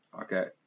Okay